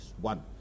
One